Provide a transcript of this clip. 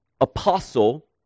Apostle